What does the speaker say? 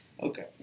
Okay